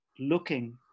looking